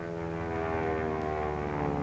and